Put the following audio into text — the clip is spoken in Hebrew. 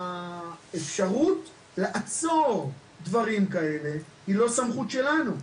האפשרות לעצור דברים כאלה היא לא סמכות שלנו.